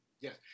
Yes